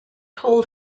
told